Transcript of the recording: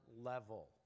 level